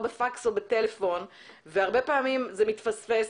בפקס או בטלפון והרבה פעמים זה מתפספס,